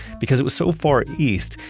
because it was so far east,